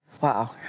Wow